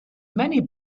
many